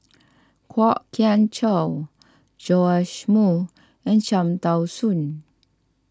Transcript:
Kwok Kian Chow Joash Moo and Cham Tao Soon